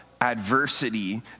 adversity